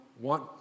want